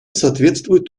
соответствует